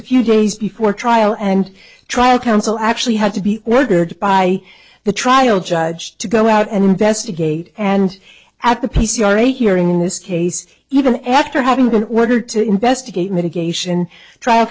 a few days before trial and trial counsel actually had to be ordered by the trial judge to go out and investigate and at the p c r a hearing in this case even after having been ordered to investigate mitigation trial